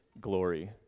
glory